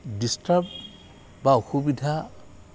disturb বা অসুবিধা